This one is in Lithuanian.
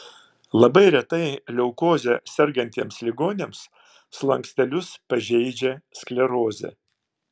labai retai leukoze sergantiems ligoniams slankstelius pažeidžia sklerozė